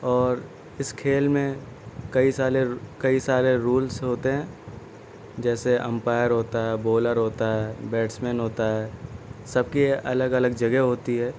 اور اس کھیل میں کئی سالے کئی سارے رولس ہوتے ہیں جیسے امپائر ہوتا ہے بالر ہوتا ہے بیٹسمین ہوتا ہے سب کی الگ الگ جگہ ہوتی ہے